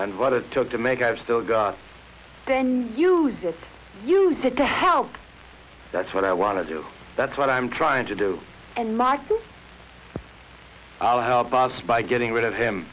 and what it took to make i've still got then you just use it to help that's what i want to do that's what i'm trying to do and marxists help us by getting rid of him